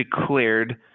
declared